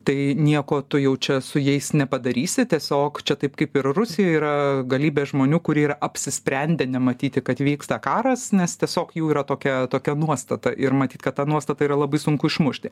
tai nieko tu jau čia su jais nepadarysi tiesiog čia taip kaip ir rusijoj yra galybė žmonių kurie yra apsisprendę nematyti kad vyksta karas nes tiesiog jų yra tokia tokia nuostata ir matyt kad tą nuostatą yra labai sunku išmušti